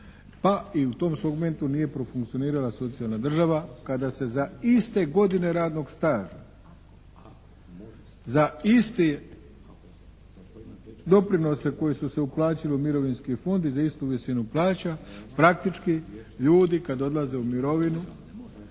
a i u tom segmentu nije profunkcionirala socijalna država kada se za iste godine radno staža, za isti doprinose koji su se plaćali u mirovinski fond i za istu visinu plaća praktički ljudi kad odlaze u mirovinu